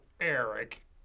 Eric